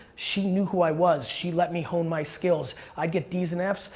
she knew who i was, she let me hone my skills. i'd get ds and fs,